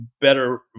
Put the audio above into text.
better